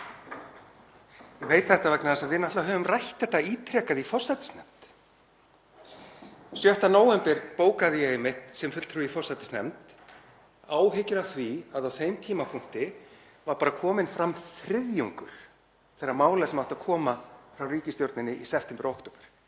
Ég veit þetta vegna þess að við höfum rætt þetta ítrekað í forsætisnefnd. 6. nóvember bókaði ég einmitt sem fulltrúi í forsætisnefnd áhyggjur af því að á þeim tímapunkti var bara kominn fram þriðjungur þeirra mála sem áttu að koma frá ríkisstjórninni í september, október.